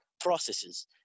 processes